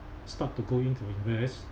start to go in to invest